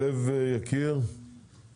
שלו יקיר, בבקשה.